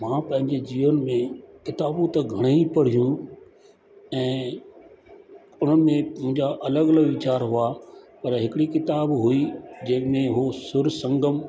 मां पंहिंजे जीवन में किताबूं त घणे ई पढ़ियूं ऐं उन्हनि जा अलॻि अलॻि वीचार हुआ पर हिकिड़ी किताब हुई जंहिंमें हो सुर संगम